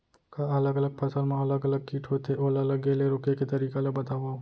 का अलग अलग फसल मा अलग अलग किट होथे, ओला लगे ले रोके के तरीका ला बतावव?